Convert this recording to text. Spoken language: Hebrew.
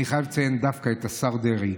אני חייב לציין דווקא את השר דרעי,